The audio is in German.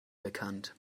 bekannt